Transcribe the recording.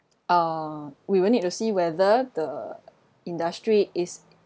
uh we will need to see whether the industry is